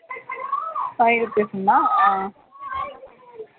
five rupees ఉందా